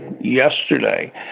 yesterday